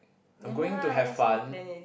I'm going to have fun